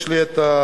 יש לי הנתונים: